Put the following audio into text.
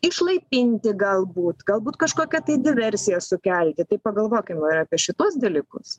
išlaipinti galbūt galbūt kažkokią tai diversiją sukelti tai pagalvokim va ir apie šituos dalykus